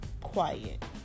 quiet